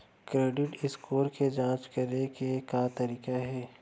Credit score के जाँच करे के का तरीका हे?